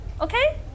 okay